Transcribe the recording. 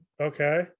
Okay